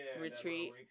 retreat